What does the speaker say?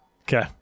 Okay